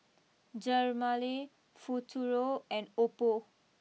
Dermale Futuro and Oppo